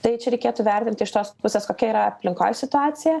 tai čia reikėtų vertinti iš tos pusės kokia yra aplinkoj situacija